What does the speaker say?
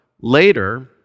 later